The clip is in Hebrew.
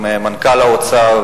עם מנכ"ל האוצר,